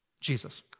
Jesus